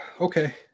okay